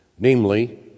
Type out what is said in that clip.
Namely